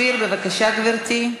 ולאפשר לתושבי חאדר, אלו דברי שטות.